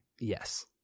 yes